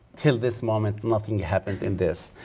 till this moment nothing happened in this.